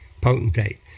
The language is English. potentate